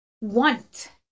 want